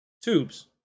tubes